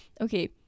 Okay